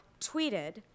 tweeted